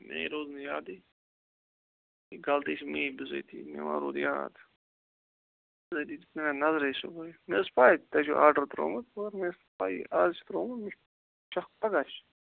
میے روٗد نہٕ یادٕے غَلطی چھِ میٲنٛۍ بِضٲتی مےٚ ما روٗد یاد بِضٲتی دِژ نہٕ مےٚ نَطرے صُبحٲے مےٚ ٲسۍ پاے تۄہہِ چھو آرڈر ترومُت مگر مےٚ ٲسۍ نہٕ پَیی آز چھُ ترومُت مےٚ چھُ شَک پَگَہہ چھُ